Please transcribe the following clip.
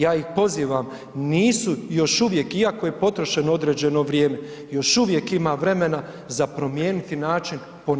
Ja ih pozivam, nisu još uvijek iako je potrošeno određeno vrijeme, još uvijek ima vremena za promijeniti način ponašanja.